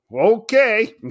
okay